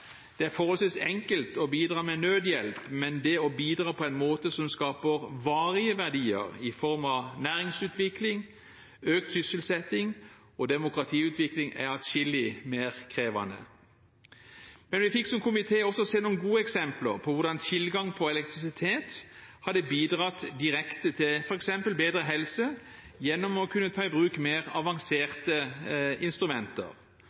Det er forholdsvis enkelt å bidra med nødhjelp, men det å bidra på en måte som skaper varige verdier i form av næringsutvikling, økt sysselsetting og demokratiutvikling, er atskillig mer krevende. Men vi fikk som komité også se noen gode eksempler på hvordan tilgang på elektrisitet hadde bidratt direkte til f.eks. bedre helse gjennom å kunne ta i bruk mer avanserte instrumenter.